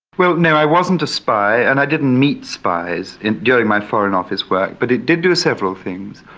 well, no, i wasn't a spy and i didn't meet spies and during my foreign office work, but it did do several things.